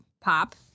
Pop